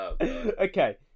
Okay